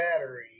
battery